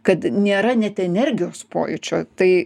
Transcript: kad nėra net energijos pojūčio tai